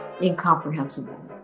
incomprehensible